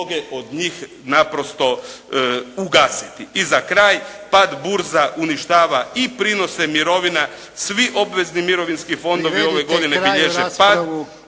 Privedite kraju raspravu.